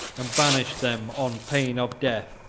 and banished them, on pain of death,